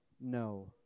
No